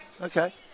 Okay